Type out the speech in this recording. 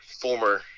former